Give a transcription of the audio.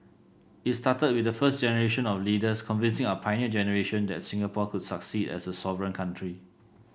it started with the first generation of leaders convincing our Pioneer Generation that Singapore could succeed as a sovereign country